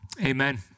Amen